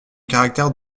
caractère